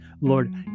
Lord